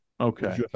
Okay